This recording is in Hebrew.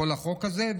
כל החוק הזה,